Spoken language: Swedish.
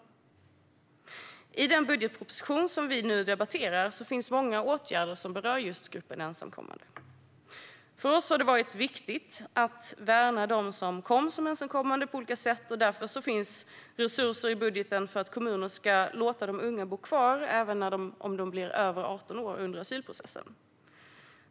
I den budgetproposition som vi nu debatterar finns många åtgärder som berör just gruppen ensamkommande. För oss har det varit viktigt att värna dem som kom som ensamkommande på olika sätt. Därför finns resurser i budgeten för att kommuner ska låta de unga bo kvar även om de blir över 18 år under asylprocessen.